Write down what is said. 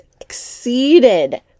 exceeded